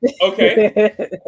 Okay